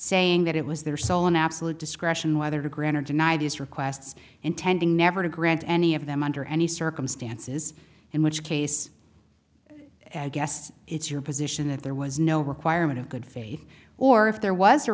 saying that it was their sole and absolute discretion whether to grant or deny these requests intending never to grant any of them under any circumstances in which case and guess it's your position that there was no requirement of good faith or if there was a